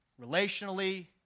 Relationally